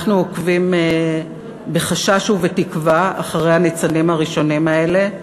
אנחנו עוקבים בחשש ובתקווה אחרי הניצנים הראשונים האלה,